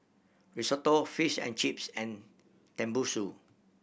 Risotto Fish and Chips and Tenmusu